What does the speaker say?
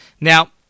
Now